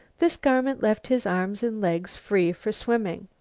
this garment left his arms and legs free for swimming.